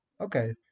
Okay